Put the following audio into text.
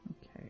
Okay